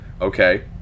Okay